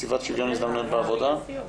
נציבת שוויון הזדמנויות בעבודה.